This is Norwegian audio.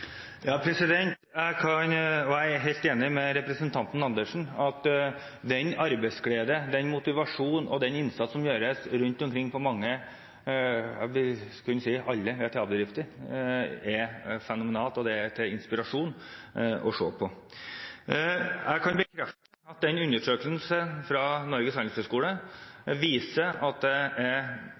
Jeg er helt enig med representanten Andersen i at den arbeidsglede, den motivasjon og den innsats som gjøres rundt omkring – jeg tror jeg kan si – på alle VTA-bedrifter, er fenomenal, og det gir inspirasjon å se på. Jeg kan bekrefte at den undersøkelsen fra Norges Handelshøyskole viser at det er